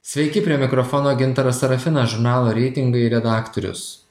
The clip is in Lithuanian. sveiki prie mikrofono gintaras sarafinas žurnalo reitingai redaktorius